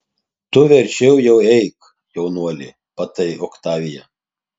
tu verčiau jau eik jaunuoli patarė oktavija